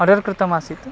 order कृतम् आसीत्